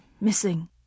missing